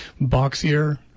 Boxier